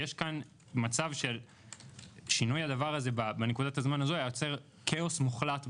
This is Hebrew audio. יראה לנכון להתייעץ עם כלכלנים יתייעץ עם כלכלנים,